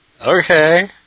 Okay